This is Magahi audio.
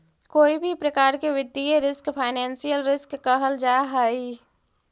कोई भी प्रकार के वित्तीय रिस्क फाइनेंशियल रिस्क कहल जा हई